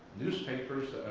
newspapers,